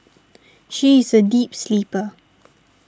she is a deep sleeper